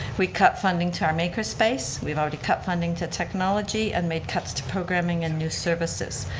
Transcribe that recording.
we cut funding to our maker space. we've already cut funding to technology and made cuts to programming and new services.